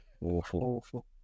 Awful